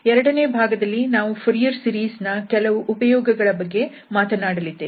ಎರಡನೇ ಭಾಗದಲ್ಲಿ ನಾವು ಫೊರಿಯರ್ ಸೀರೀಸ್ ನ ಕೆಲವು ಉಪಯೋಗಗಳ ಬಗ್ಗೆ ಮಾತನಾಡಲಿದ್ದೇವೆ